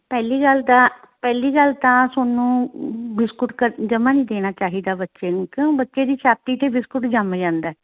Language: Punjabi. ਪਹਿਲੀ ਗੱਲ ਤਾਂ ਪਹਿਲੀ ਗੱਲ ਤਾਂ ਤੁਹਾਨੂੰ ਬਿਸਕੁਟ ਕਰ ਜਮਾਂ ਨਹੀਂ ਦੇਣਾ ਚਾਹੀਦਾ ਬੱਚੇ ਨੂੰ ਕਿਉਂ ਬੱਚੇ ਦੀ ਛਾਤੀ 'ਤੇ ਬਿਸਕੁਟ ਜੰਮ ਜਾਂਦਾ